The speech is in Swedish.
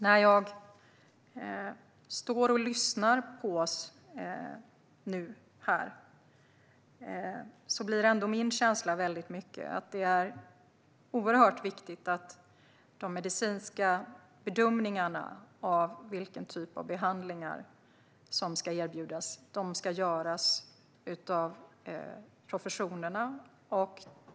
När jag lyssnar på den här debatten blir ändå min känsla att de medicinska bedömningarna av vilken typ av behandlingar som ska erbjudas ska göras av professionerna.